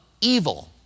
evil